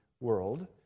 world